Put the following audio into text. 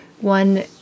one